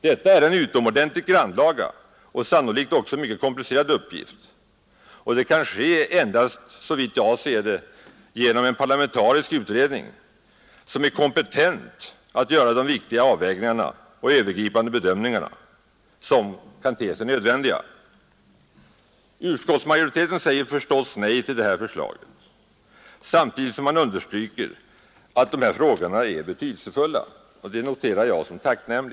Detta är en utomordentligt grannlaga och sannolikt också mycket komplicerad uppgift, och arbetet kan endast ske, såvitt jag ser det, genom en parlamentarisk utredning som är kompetent att göra de viktiga avvägningar och övergripande bedömningar som kan te sig nödvändiga. Utskottsmajoriteten säger förstås nej till det här förslaget samtidigt som den understryker att dessa frågor är betydelsefulla. Jag noterar detta som tacknämligt.